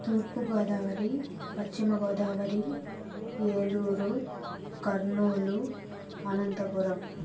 తూర్పు గోదావరి పశ్చిమ గోదావరి ఏలూరు కర్నూలు అనంతపురం